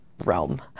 realm